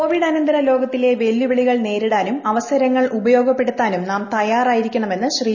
കോവിഡാനന്തര ലോകത്തിലെ വെല്ലുവിളികൾ നേരിടാനും അവസരങ്ങൾ ഉപയോഗപ്പെടുത്താനും നിം തയ്യാറായിരിക്കണമെന്ന് ശ്രീ